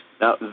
Now